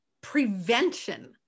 prevention